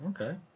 Okay